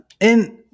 And-